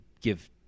give